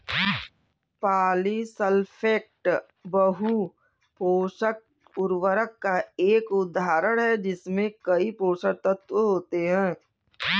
polysulphate बहु पोषक उर्वरक का एक उदाहरण है जिसमें कई पोषक तत्व होते हैं